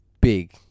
big